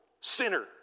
sinner